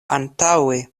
antaŭe